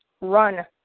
run